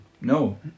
No